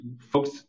folks